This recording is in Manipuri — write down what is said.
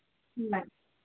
ꯎꯝ